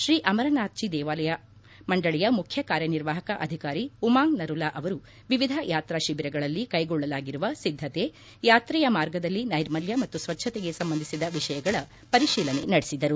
ಶ್ರೀ ಅಮರನಾಥ್ಜಿ ದೇವಾಲಯ ಮಂಡಳಿಯ ಮುಖ್ಯ ಕಾರ್ಯನಿರ್ವಾಹಕ ಅಧಿಕಾರಿ ಉಮಾಂಗ್ ನರುಲಾ ಅವರು ವಿವಿಧ ಯಾತ್ರಾ ಶಿಬಿರಗಳಲ್ಲಿ ಕೈಗೊಳ್ಳಲಾಗಿರುವ ಸಿದ್ದತೆ ಯಾತ್ರೆಯ ಮಾರ್ಗದಲ್ಲಿ ನೈರ್ಮಲ್ಯ ಮತ್ತು ಸ್ವಚ್ದತೆಗೆ ಸಂಬಂಧಿಸಿದ ವಿಷಯಗಳ ಪರಿಶೀಲನೆ ನಡೆಸಿದರು